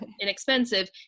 inexpensive